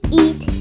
eat